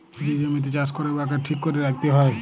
যে জমিতে চাষ ক্যরে উয়াকে ঠিক ক্যরে রাইখতে হ্যয়